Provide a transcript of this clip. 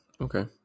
Okay